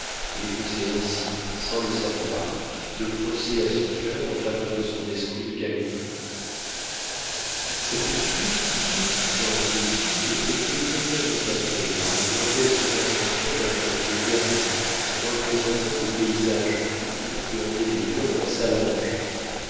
et faisait ainsi sans le savoir le procès à son cœur en faveur de son esprit de calcul cette figure typique du genre vieille fille était très-bien encadrée par les grotesques inventions d'un papier verni représentant des paysages turcs qui ornaient les murs de la salle à manger